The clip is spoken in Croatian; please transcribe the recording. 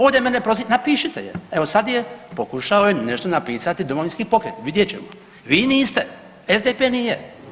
Ovdje mene prozivate, napišite je, evo sad je, pokušao je nešto napisati Domovinski pokret, vidjet ćemo, vi niste, SDP nije.